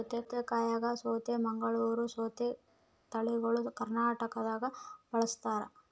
ಸೌತೆಕಾಯಾಗ ಸೌತೆ ಮಂಗಳೂರ್ ಸೌತೆ ತಳಿಗಳು ಕರ್ನಾಟಕದಾಗ ಬಳಸ್ತಾರ